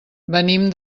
venim